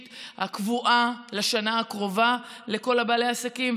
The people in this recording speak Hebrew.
הקבועה לשנה הקרובה לכל בעלי העסקים,